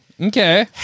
Okay